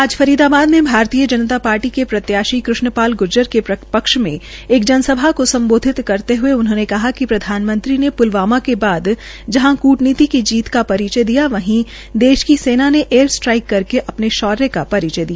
आज फरीदाबाद मे भरतीय जनता पार्टी के प्रत्याशी कृष्ण पाल ग्र्जर के पक्ष मे एक जनसभा को सम्बोधित करते हये उन्होंने कहा कि प्रधानमंत्री ने प्लवामा के बाद जहां कूटनीति की जीत का परिचय दिया वहीं देश की सेना ने एयर स्ट्राईक करके अपने शोर्य का परिचय दिया